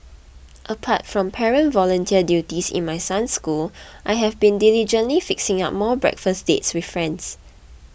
apart from parent volunteer duties in my son's school I have been diligently fixing up more breakfast dates with friends